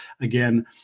Again